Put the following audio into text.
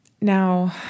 Now